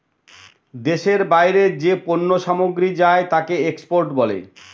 দেশের বাইরে যে পণ্য সামগ্রী যায় তাকে এক্সপোর্ট বলে